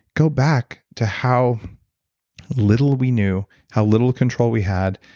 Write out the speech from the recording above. go back to how little we knew, how little control we had,